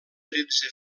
tretze